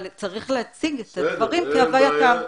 אבל צריך להציג את הדברים כהווייתם.